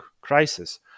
crisis